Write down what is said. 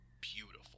beautiful